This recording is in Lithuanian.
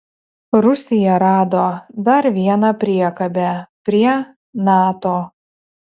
rusija rado dar vieną priekabę prie nato